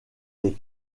des